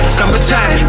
summertime